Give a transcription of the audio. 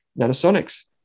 Nanosonics